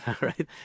right